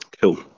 Cool